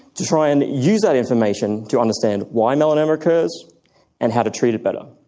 to try and use that information to understand why melanoma occurs and how to treat it better.